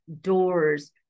doors